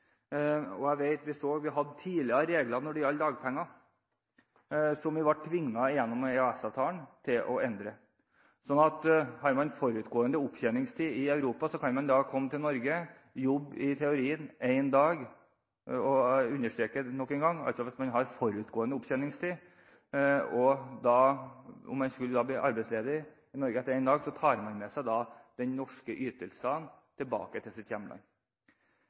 hadde vi regler når det gjaldt dagpenger, som vi gjennom EØS-avtalen ble tvunget til å endre. Hvis man har forutgående opptjeningstid i Europa, kan man komme til Norge og i teorien jobbe én dag – jeg understreker at det er hvis man har forutgående opptjeningstid – og skulle man da bli arbeidsledig i Norge etter én dag, tar man med seg de norske ytelsene tilbake til sitt hjemland,